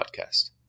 podcast